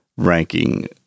ranking